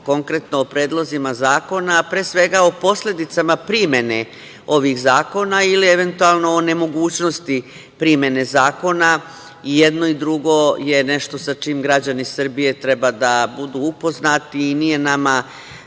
konkretno o predlozima zakona, a pre svega o posledicama primene ovih zakona ili eventualno o nemogućnosti primene zakona. I jedno i drugo je nešto sa čime građani Srbije treba da budu upoznati. Nije nama